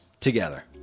together